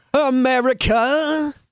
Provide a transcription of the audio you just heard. America